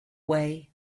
way